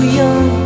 young